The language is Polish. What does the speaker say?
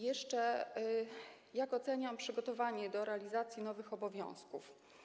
Jak oceniam przygotowanie do realizacji nowych obowiązków?